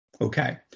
Okay